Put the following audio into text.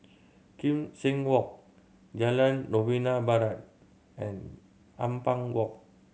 Kim Seng Walk Jalan Novena Barat and Ampang Walk